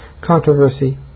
Controversy